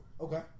Okay